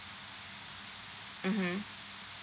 mmhmm